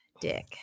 Dick